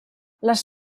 les